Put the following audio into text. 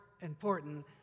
important